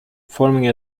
forming